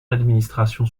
d’administration